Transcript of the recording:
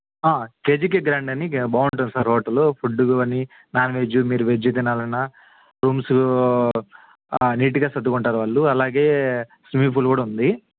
కేజీకే grand అని గె బాగుంటుంది సార్ హోటలు ఫుడ్డు అని నాన్వెజ్జు మీరు వెజ్జు తినాలన్నా రూమ్సు నీట్గా సర్దుకుంటారు వాళ్ళు అలాగే స్విమ్మింగ్ ఫూల్ కూడా ఉంది